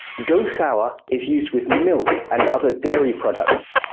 go sour is used with milk and other dairy products.